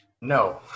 No